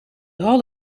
hal